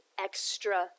extra